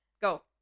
Go